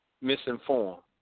misinformed